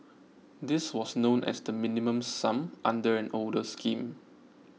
this was known as the Minimum Sum under an older scheme